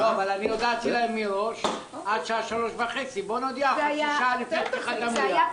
אבל אני הודעתי להם מראש: עד שעה 15:30. בוא נודיע חצי שעה לפני פתיחת המליאה.